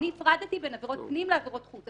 אני הפרדתי בין עבירות פנים לעבירות חוץ.